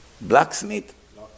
Blacksmith